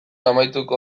amaituko